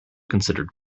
considered